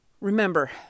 Remember